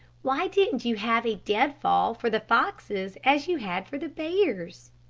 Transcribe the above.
why didn't you have a deadfall for the foxes as you had for the bears?